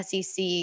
sec